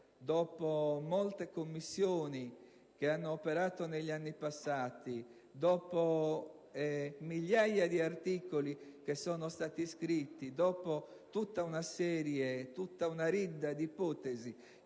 dopo molte Commissioni che hanno operato negli anni passati, dopo migliaia di articoli che sono stati scritti, dopo tutta una ridda di ipotesi